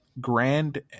Grand